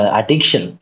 addiction